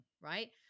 right